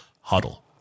huddle